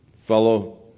fellow